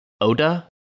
Oda